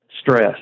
stress